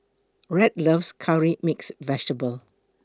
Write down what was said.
Rhett loves Curry Mixed Vegetable